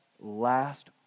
last